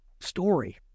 story